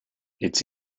its